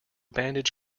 bandage